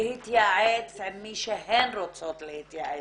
להתייעץ עם מי שהן רוצות להתייעץ,